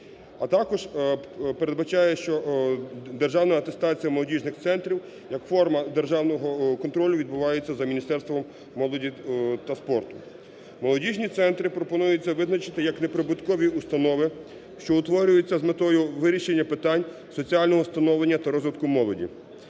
А також передбачає, що державна атестація молодіжних центрів як форма державного контролю відбувається за Міністерством молоді та спорту. Молодіжні центри пропонується визначити як не прибуткові установи, що утворюються з метою вирішення питань соціального становлення та розвитку молоді.